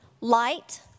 light